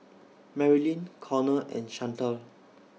Marylin Cornel and Chantal